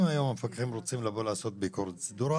אם היום המפקחים רוצים לבוא ולעשות ביקורת סדורה,